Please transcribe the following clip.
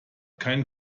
kein